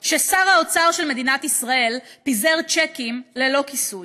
ששר האוצר של מדינת ישראל פיזר צ'קים ללא כיסוי.